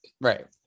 right